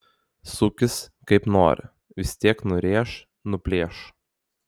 sukis kaip nori vis tiek nurėš nuplėš